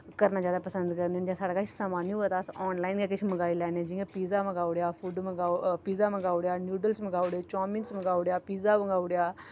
करना जैदा पंसद करने जियां साढ़े कच्छ समां निं होऐ तां अस आन लाईन गै किश मंगाई लैन्ने जियां पीजा मंगाई ओड़ेआ फूड पीजा मंगाई ओड़ेआ नूडलस मंगाई ओड़े चामिनस मंगाई ओड़े पीजा मंगाई ओड़ेआ